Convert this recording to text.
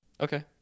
Okay